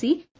C T